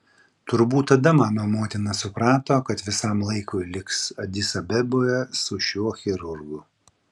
turbūt tada mano motina suprato kad visam laikui liks adis abeboje su šiuo chirurgu